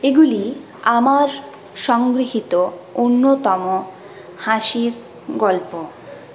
এগুলি আমার সংগৃহীত অন্যতম হাসির গল্প